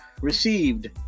received